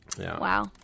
wow